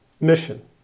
mission